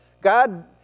God